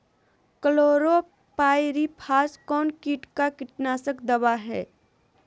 Chlorpyrifos कौन किट का कीटनाशक दवा है?